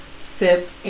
sip